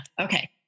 Okay